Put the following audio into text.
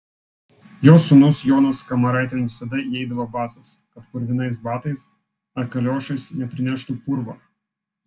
jos sūnus jonas kamaraitėn visada įeidavo basas kad purvinais batais ar kaliošais neprineštų purvo